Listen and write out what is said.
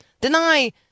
deny